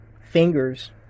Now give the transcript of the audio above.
fingers